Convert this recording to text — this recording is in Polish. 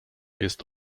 jest